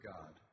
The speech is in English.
God